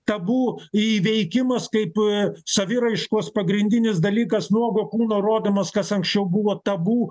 tabu įveikimas kaip saviraiškos pagrindinis dalykas nuogo kūno rodymas kas anksčiau buvo tabu